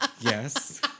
Yes